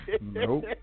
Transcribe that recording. Nope